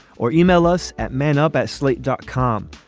or yeah e-mail us at men up at slate dot com.